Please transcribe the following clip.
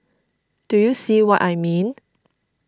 do you see what I mean